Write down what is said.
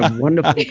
ah wonderful like